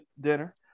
dinner